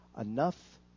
enough